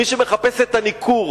מי שמחפש את הניכור,